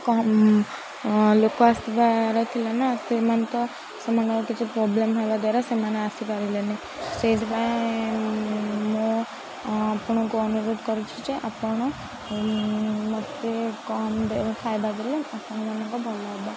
କମ୍ ଲୋକ ଆସିବାର ଥିଲା ନା ସେମାନେ ତ ସେମାନଙ୍କର କିଛି ପ୍ରୋବ୍ଲେମ୍ ହେବା ଦ୍ୱାରା ସେମାନେ ଆସିପାରିଲେନି ସେଇଥିପାଇଁ ମୁଁ ଆପଣଙ୍କୁ ଅନୁରୋଧ କରୁଛିି ଯେ ଆପଣ ମୋତେ କମ୍ ଖାଇବା ଦେଲେ ଆପଣମାନଙ୍କ ଭଲ ହେବ